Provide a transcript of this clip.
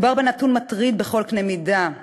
מדובר בנתון מטריד בכל קנה מידה.